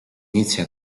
inizia